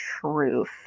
truth